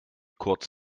kurz